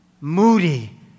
moody